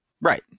Right